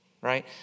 right